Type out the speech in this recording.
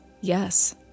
Yes